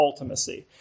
ultimacy